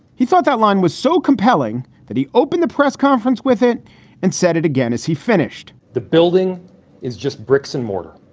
he thought that line was so compelling that he opened the press conference with it and said it again as he finished. the building is just bricks and mortar.